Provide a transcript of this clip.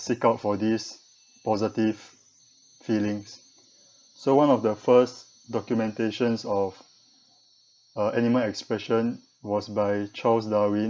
seek out for this positive feelings so one of the first documentations of err animal expression was by charles darwin